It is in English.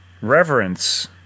reverence